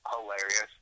hilarious